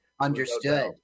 Understood